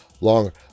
long